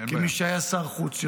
כמי שהיה שר חוץ,